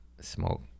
smoke